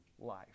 life